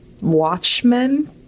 watchmen